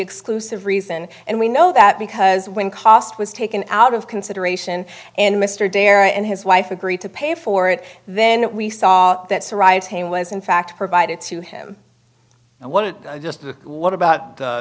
exclusive reason and we know that because when cost was taken out of consideration and mr darrow and his wife agreed to pay for it then we saw that surprise him was in fact provided to him and what just what about the